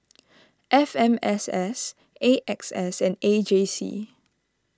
F M S S A X S and A J C